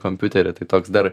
kompiuterį tai toks dar